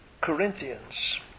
Corinthians